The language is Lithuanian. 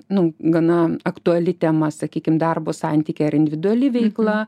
nu gana aktuali tema sakykim darbo santykiai ar individuali veikla